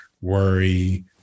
worry